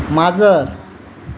माजर